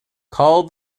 call